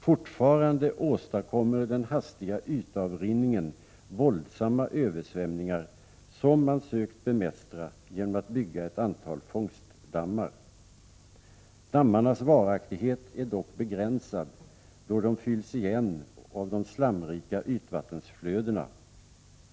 Fortfarande åstadkommer den hastiga ytavrinningen våldsamma översvämningar, som man sökt bemästra genom att bygga ett antal fångstdammar. Dammarnas varaktighet är dock begränsad, då de fylls igen av de slamrika ytvattensflödena.